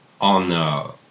on